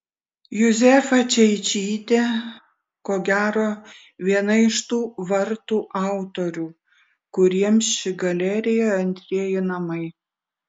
juzefa čeičytė ko gero viena iš tų vartų autorių kuriems ši galerija antrieji namai